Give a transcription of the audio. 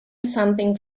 something